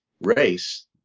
race